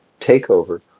takeover